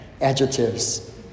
adjectives